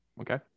okay